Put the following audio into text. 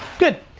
good.